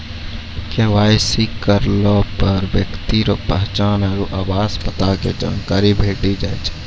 KYC करलापर ब्यक्ति रो पहचान आरु आवास पता के जानकारी भेटी जाय छै